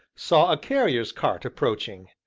saw a carrier's cart approaching.